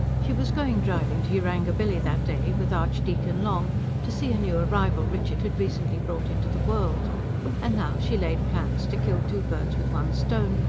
she was going driving to yarangobilly that day with archdeacon long to see a new arrival richard had recently brought into the world and now she laid plans to kill two birds with one stone,